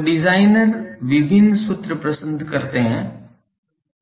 तो डिजाइनर विभिन्न सूत्र पसंद करते है